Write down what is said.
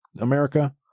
America